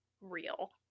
real